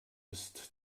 ist